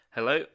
Hello